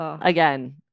again